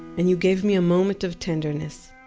and you gave me a moment of tenderness,